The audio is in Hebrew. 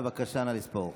נא לספור.